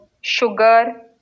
sugar